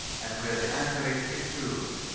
and where the anchorage is good.